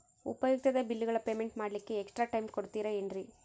ಉಪಯುಕ್ತತೆ ಬಿಲ್ಲುಗಳ ಪೇಮೆಂಟ್ ಮಾಡ್ಲಿಕ್ಕೆ ಎಕ್ಸ್ಟ್ರಾ ಟೈಮ್ ಕೊಡ್ತೇರಾ ಏನ್ರಿ?